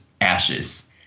ashes